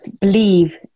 believe